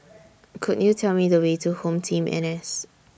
Could YOU Tell Me The Way to HomeTeam N S